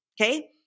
Okay